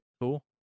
Cool